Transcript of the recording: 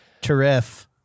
Terrific